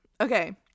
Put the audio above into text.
okay